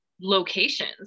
locations